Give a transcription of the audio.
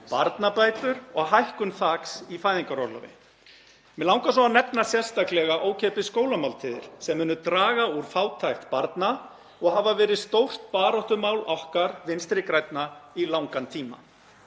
barnabætur og hækkun þaks í fæðingarorlofi. Mig langar svo að nefna sérstaklega ókeypis skólamáltíðir sem munu draga úr fátækt barna og hafa verið stórt baráttumál okkar Vinstri grænna í langan tíma.